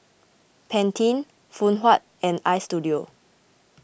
Pantene Phoon Huat and Istudio